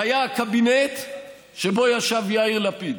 והיה הקבינט שבו ישב יאיר לפיד.